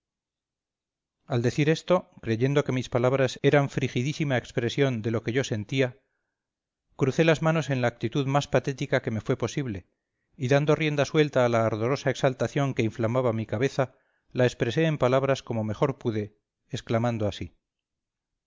al decir esto creyendo que mis palabras eran frigidísima expresión de lo que yo sentía crucé las manos en la actitud más patética que me fue posible y dando rienda suelta a la ardorosa exaltación que inflamaba mi cabeza la expresé en palabras como mejor pude exclamando así